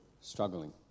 struggling